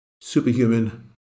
Superhuman